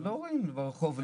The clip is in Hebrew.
זה לא רואים ברחוב.